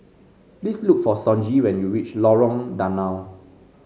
please look for Sonji when you reach Lorong Danau